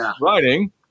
writing